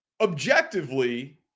Objectively